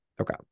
Okay